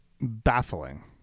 baffling